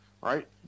right